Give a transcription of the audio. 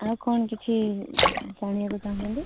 ଆଉ କ'ଣ କିଛି ଜାଣିବାକୁ ଚାହୁଁଛନ୍ତି